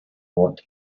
what